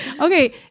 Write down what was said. Okay